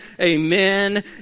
amen